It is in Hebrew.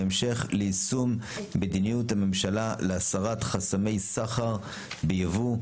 בהמשך ליישום מדיניות הממשלה להסרת חסמי סחר בייבוא,